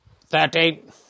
thirteen